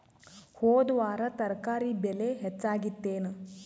ಹೊದ ವಾರ ತರಕಾರಿ ಬೆಲೆ ಹೆಚ್ಚಾಗಿತ್ತೇನ?